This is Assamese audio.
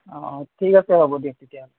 অঁ ঠিক আছে হ'ব দিয়ক তেতিয়াহ'লে